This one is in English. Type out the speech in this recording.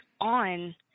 on